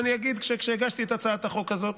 אני אגיד, כשהגשתי את הצעת החוק הזאת,